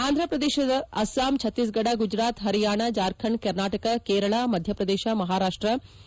Andhra Pradesh Assam Chhattisgarh Gujarat Haryana Jharkhand Karnataka Kerala Madhya Pradesh Maharashtra